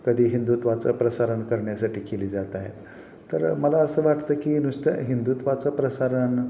कधी हिंदुत्वाचं प्रसारण करण्यासाठी केली जात आहेत तर मला असं वाटतं की नुसतं हिंदुत्वाचं प्रसारण